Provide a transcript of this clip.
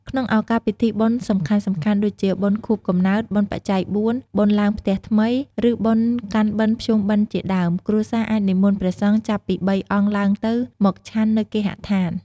ក្នុងឱកាសពិធីបុណ្យសំខាន់ៗ ដូចជាបុណ្យខួបកំណើត បុណ្យបច្ច័យបួន បុណ្យឡើងផ្ទះថ្មី ឬបុណ្យកាន់បិណ្ឌភ្ជុំបិណ្ឌជាដើម គ្រួសារអាចនិមន្តព្រះសង្ឃចាប់ពី៣អង្គឡើងទៅមកឆាន់នៅគេហដ្ឋាន។